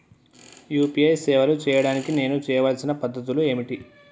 UPI సేవలు చేయడానికి నేను చేయవలసిన పద్ధతులు ఏమిటి?